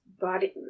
body